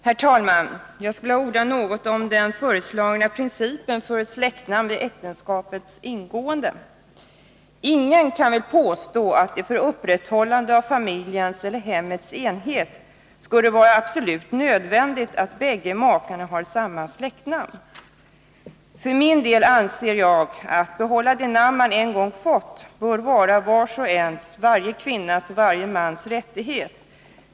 Herr talman! Jag skulle vilja orda något om den föreslagna principen när det gäller släktnamn vid äktenskapets ingående. ”Ingen kan väl påstå att det för upprätthållande av familjens eller hemmets enhet skulle vara absolut nödvändigt att bägge makarna har samma släktnamn.” ”För min del anser jag att bibehålla det namn man en gång fått bör vara vars och ens, varje kvinnas liksom också varje mans, rättighet.